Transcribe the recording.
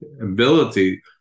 ability